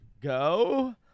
go